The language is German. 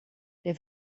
der